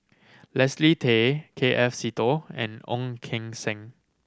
Leslie Tay K F Seetoh and Ong Keng Sen